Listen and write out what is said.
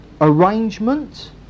arrangement